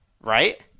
right